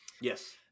Yes